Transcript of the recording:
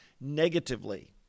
negatively